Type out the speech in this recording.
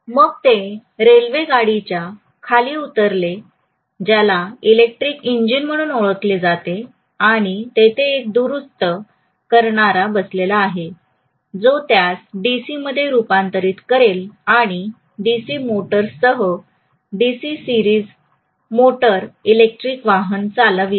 मग ते रेल्वे गाडीच्या खाली उतरले ज्याला इलेक्ट्रिक इंजिन म्हणून ओळखले जाते आणि तेथे एक दुरुस्त करणारा बसलेला आहे जो त्यास डीसीमध्ये रूपांतरित करेल आणि डीसी मोटर्ससह डीसी सिरीस मोटर इलेक्ट्रिक वाहन चालवते